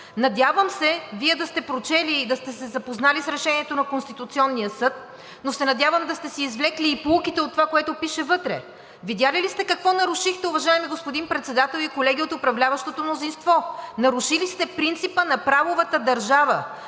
Надявам се Вие да сте прочели и да сте се запознали с решението на Конституционния съд, но се надявам да сте си извлекли и поуките от това, което пише вътре. Видели ли сте какво нарушихте, уважаеми господин Председател и колеги от управляващото мнозинство? Нарушили сте принципа на правовата държава,